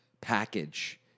package